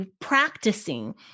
practicing